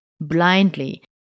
blindly